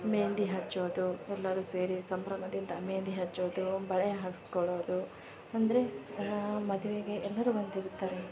ಮೆಹೆಂದಿ ಹಚ್ಚೋದು ಎಲ್ಲರೂ ಸೇರಿ ಸಂಭ್ರಮದಿಂದ ಮೆಹೆಂದಿ ಹಚ್ಚೋದು ಬಳೆ ಹಾಕಿಸ್ಕೊಳ್ಳೋದು ಅಂದರೆ ಮದುವೆಗೆ ಎಲ್ಲರೂ ಬಂದಿರುತ್ತಾರೆ